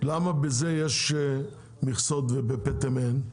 למה בזה יש מכסות ובפטם אין?